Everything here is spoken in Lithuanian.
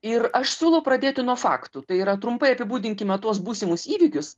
ir aš siūlau pradėti nuo faktų tai yra trumpai apibūdinkime tuos būsimus įvykius